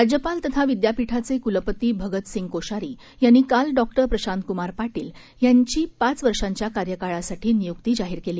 राज्यपाल तथा विद्यापीठाचे कुलपती भगतसिंह कोश्यारी यांनी काल डॉ प्रशांतकुमार पाटील यांची पाच वर्षाच्या कार्यकाळासाठी नियुक्ती जाहीर केली